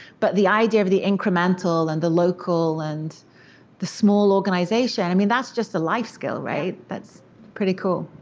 but the idea of the incremental, and the local, and the small organization, i mean, that's just a life skill, right. that's pretty cool.